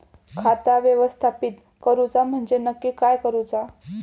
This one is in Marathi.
खाता व्यवस्थापित करूचा म्हणजे नक्की काय करूचा?